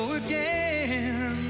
again